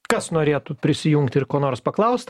kas norėtų prisijungti ir ko nors paklaust